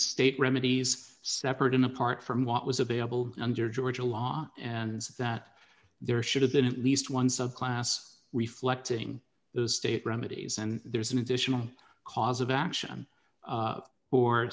state remedies separate and apart from what was available under georgia law and that there should have been at least one subclass reflecting the state remedies and there's an additional cause of action